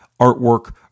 artwork